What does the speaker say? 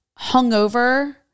hungover